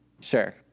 Sure